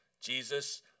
Jesus